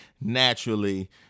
naturally